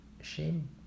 shame